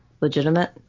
legitimate